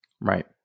Right